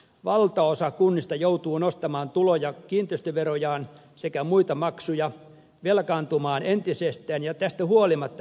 valtaosa kunnista joutuu nostamaan tulo ja kiinteistöverojaan sekä muita maksuja velkaantumaan entisestään ja tästä huolimatta heikentämään palvelutasoa